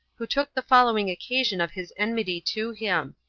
who took the following occasion of his enmity to him.